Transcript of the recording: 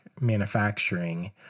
manufacturing